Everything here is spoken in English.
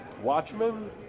Watchmen